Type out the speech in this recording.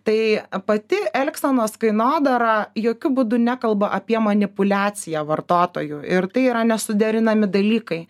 tai pati elgsenos kainodara jokiu būdu nekalba apie manipuliaciją vartotoju ir tai yra nesuderinami dalykai